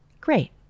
Great